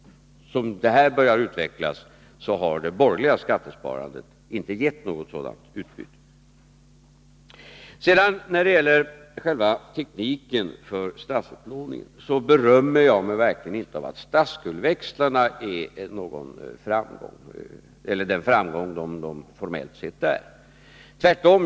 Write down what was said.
Det borgerliga skattesparandet har, som det nu börjat utvecklas, inte givit något sådant utbyte. När det gäller själva tekniken för statsupplåningen vill jag säga att jag verkligen inte berömmer mig av den framgång som statsskuldväxlarna formellt sett är. Tvärtom!